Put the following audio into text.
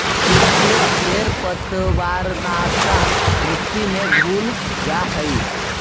कुछो खेर पतवारनाश मट्टी में जल्दी घुल जा हई